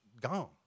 gone